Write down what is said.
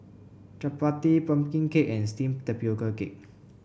chappati pumpkin cake and steamed Tapioca Cake